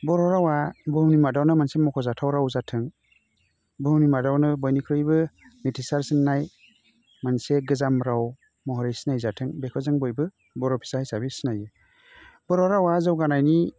बर' रावा भुहुमनि मादावनो मोनसे मखजाथाव राव जाथों भुहुमनि मादावनो बयनिख्रुइबो मिथिसारसिनाय मोनसे गोजाम राव महरै सिनाय जाथों बेखौ जों बयबो बर' फिसा हिसाबै सिनायो बर' रावा जौगानायनि